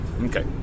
Okay